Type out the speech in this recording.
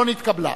לא נתקבלה.